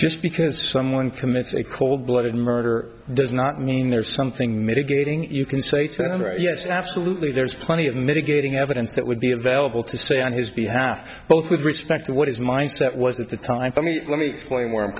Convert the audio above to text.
just because someone commits a cold blooded murder does not mean there's something mitigating you can say to them yes absolutely there's plenty of mitigating evidence that would be available to say on his behalf both with respect to what his mindset was at the time i mean let me explain where i'm